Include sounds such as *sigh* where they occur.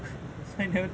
*noise* !huh!